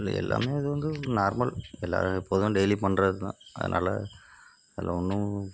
இதில் எல்லாமே அது வந்து நார்மல் எல்லா எப்போதும் டெய்லியும் பண்ணுறதுதான் அதனால் அதில் ஒன்றும்